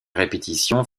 répétition